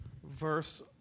Verse